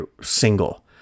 single